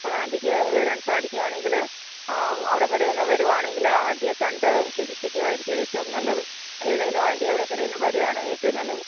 അപ്പോളാൻറ്റിക്ക് വരാൻ സാധിക്കുകയാണെങ്കിൽ അവിടം വരെയൊന്ന് വരികയാണെങ്കിലോ ആദ്യമേ കണ്ട് ചികിത്സിക്കുമായിരിക്കും ഏറ്റവും നല്ലത് ഏതായാലും ആൻറ്റി അവിടം വരെയൊന്നു വരികയാണ് ഏറ്റവും നല്ലത്